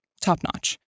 top-notch